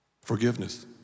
Forgiveness